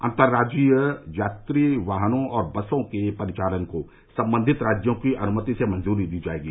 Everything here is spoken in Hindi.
अंतर्राज्यीय यात्री वाहनों और बसों के परिचालन को संबंधित राज्यों की अनुमति से मंजूरी दी जाएगी